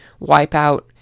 Wipeout